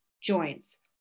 joints